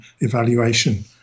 evaluation